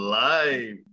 live